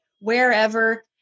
wherever